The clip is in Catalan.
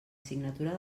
signatura